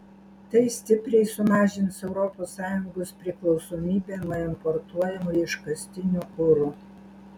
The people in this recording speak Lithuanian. tai stipriai sumažins europos sąjungos priklausomybę nuo importuojamo iškastinio kuro